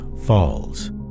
Falls